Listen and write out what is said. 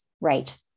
right